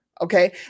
Okay